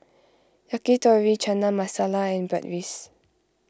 Yakitori Chana Masala and Bratwurst